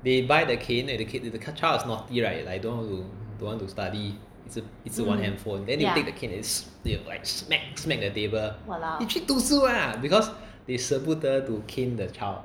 they buy the cane and the the kacha is naughty right like don't want to don't want to study 一直一直玩 handphone then they take the cane and then like smack smack the table 你去读书啦 because they 舍不得 to cane the child